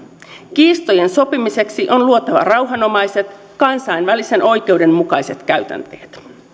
kiistojen sopimiseksi on luotava rauhanomaiset kansainvälisen oikeuden mukaiset käytänteet